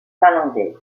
finlandais